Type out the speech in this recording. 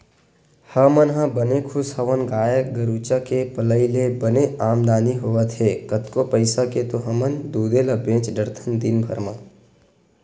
हमन ह बने खुस हवन गाय गरुचा के पलई ले बने आमदानी होवत हे कतको पइसा के तो हमन दूदे ल बेंच डरथन दिनभर म